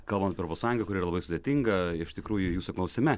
kalbant apie europos sąjungą kuri yra labai sudėtinga iš tikrųjų jūsų klausime